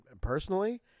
personally